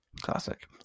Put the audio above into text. Classic